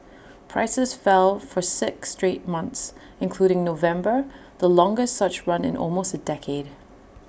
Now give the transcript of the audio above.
prices fell for six straight months including November the longest such run in almost A decade